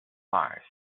mars